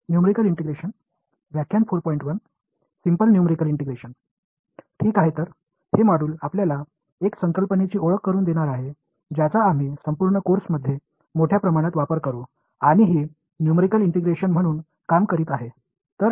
இந்த பாடம் உங்களுக்கு ஒரு கருத்தை அறிமுகப்படுத்தப் போகிறது அதை நாம் இந்த பாடம் முழுவதும் விரிவாகப் பயன்படுத்துவோம் இது நியூமறிகள் இன்டெகிரஷன் என்று அழைக்கப்படுகிறது